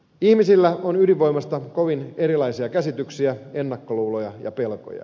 ihmisillä on ydinvoimasta kovin erilaisia käsityksiä ennakkoluuloja ja pelkoja